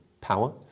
power